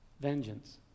Vengeance